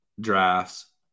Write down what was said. drafts